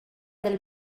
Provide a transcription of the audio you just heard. del